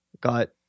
Got